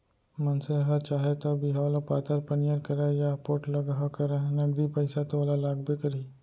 मनसे ह चाहे तौ बिहाव ल पातर पनियर करय या पोठलगहा करय नगदी पइसा तो ओला लागबे करही